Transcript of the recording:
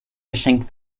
geschenk